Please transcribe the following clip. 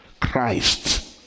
Christ